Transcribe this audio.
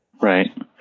Right